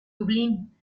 dublín